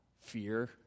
fear